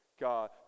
God